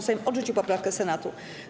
Sejm odrzucił poprawkę Senatu.